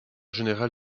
général